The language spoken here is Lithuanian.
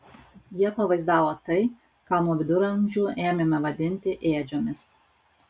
jie pavaizdavo tai ką nuo viduramžių ėmėme vadinti ėdžiomis